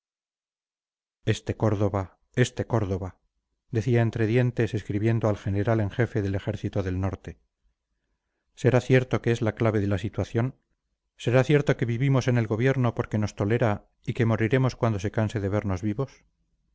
este córdoba este córdoba decía entre dientes escribiendo al general en jefe del ejército del norte será cierto que es la clave de la situación será cierto que vivimos en el gobierno porque nos tolera y que moriremos cuando se canse de vernos vivos